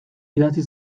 idatzi